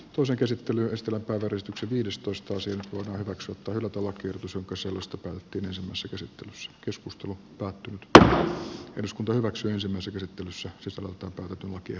osa käsittely estämättä väristykset yhdestoista syyskuuta nyt voidaan hyväksyä tai hylätä lakiehdotus jonka sisällöstä päätettiin ensimmäisessä käsittelyssä sisältö tulkkia